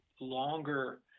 longer